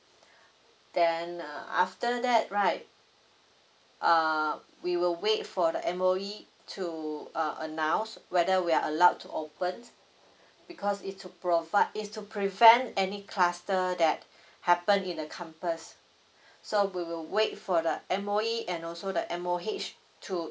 then uh after that right err we will wait for the M_O_E to uh announce whether we are allowed to opens because is to provide is to prevent any cluster that happen in the campus so we will wait for the M_O_E and also the M_O_H to